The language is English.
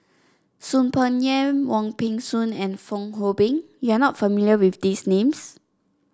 Soon Peng Yam Wong Peng Soon and Fong Hoe Beng you are not familiar with these names